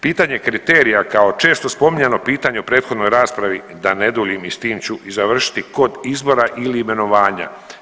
Pitanje kriterija kao često spominjano pitanje u prethodnoj raspravi da ne duljim i s tim ću i završiti kod izbora ili imenovanja.